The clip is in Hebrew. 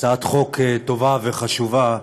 הצעת חוק טובה וחשובה,